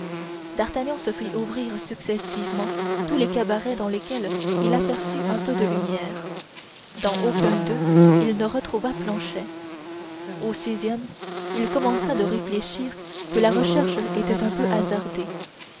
d'artagnan se fit ouvrir successivement tous les cabarets dans lesquels il aperçut un peu de lumière dans aucun d'eux il ne retrouva planchet au sixième il commença de réfléchir que la recherche était un peu hasardée